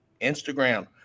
Instagram